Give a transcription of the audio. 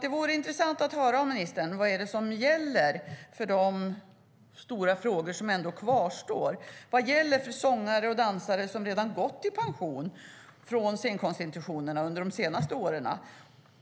Det vore intressant att höra av ministern vad som gäller de stora frågor som ändå kvarstår. Vad gäller för sångare och dansare som redan gått i pension från scenkonstinstitutionerna under de senaste åren?